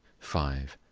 five.